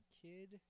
kid